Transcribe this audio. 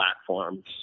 platforms